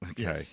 Okay